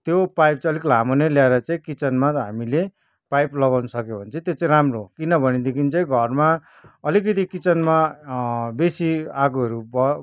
त्यो पाइप चाहिँ अलिक लामो नै ल्याएर चाहिँ किचनमा हामीले पाइप लगाउनु सक्यो भने चाहिँ त्यो चाहिँ राम्रो हो किन भनेदेखि चाहिँ घरमा अलिकति किचनमा बेसी आगोहरू ब